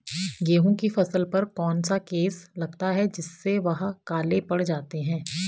गेहूँ की फसल पर कौन सा केस लगता है जिससे वह काले पड़ जाते हैं?